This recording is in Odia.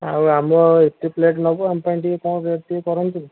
ଆଉ ଆମ ଏତେ ପ୍ଲେଟ୍ ନେବୁ ଆମ ପାଇଁ ଟିକେ କ'ଣ ରେଟ୍ ଟିକେ କରନ୍ତୁ